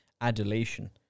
adulation